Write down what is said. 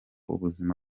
ubuzima